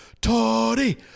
Toddy